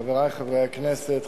חברי חברי הכנסת,